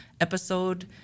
episode